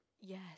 Yes